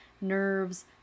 nerves